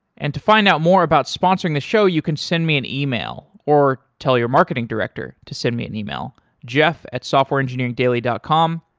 and to find out more about sponsoring the show, you can send me an email or tell your marketing director to send me an email, jeff at softwareengineering dot com.